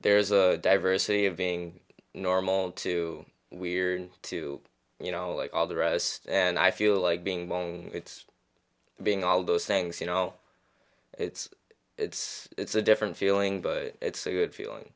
there's a diversity of being normal too weird too you know like all the rest and i feel like being alone being all those things you know it's it's it's a different feeling but it's a good feeling